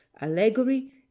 allegory